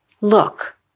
look